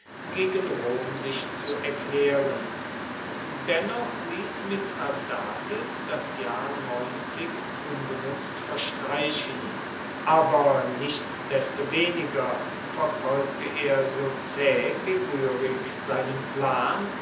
gegen rom sich zu erklären dennoch ließ mithradates das jahr ungenutzt verstreichen aber nichtsdestoweniger verfolgte er so zäh wie rührig seinen plan